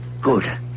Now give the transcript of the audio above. Good